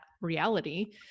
reality